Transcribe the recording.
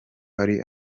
hari